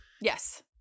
Yes